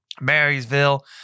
Marysville